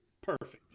perfect